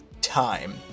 time